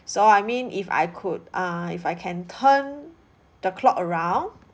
so I mean if I could err if I can turn the clock around